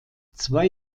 zwei